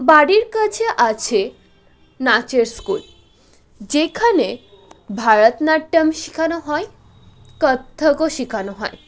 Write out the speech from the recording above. বাড়ির কাছে আছে নাচের স্কুল যেখানে ভারাতন্যাটাম শিখানো হয় কত্থক ও শিখানো হয়